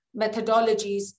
methodologies